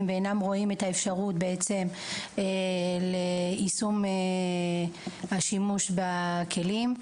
ואינם רואים את האפשרות ליישום השימוש בכלים,